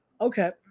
okay